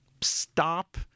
stop